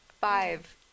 Five